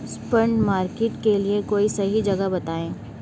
spot market के लिए कोई सही जगह बताएं